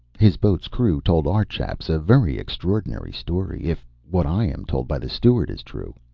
his boat's crew told our chaps a very extraordinary story, if what i am told by the steward is true.